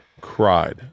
cried